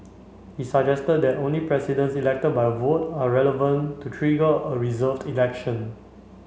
he suggested that only Presidents elected by a vote are relevant to trigger a reserved election